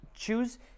choose